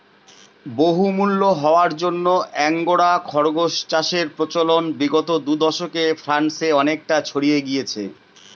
বহুমূল্য হওয়ার জন্য আঙ্গোরা খরগোস চাষের প্রচলন বিগত দু দশকে ফ্রান্সে অনেকটা ছড়িয়ে গিয়েছে